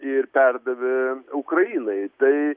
ir perdavė ukrainai tai